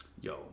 Yo